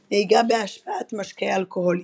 על נהיגה בהשפעת משקה אלכוהולי.